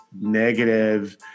negative